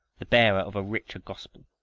the bearer of a richer gospel,